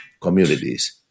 communities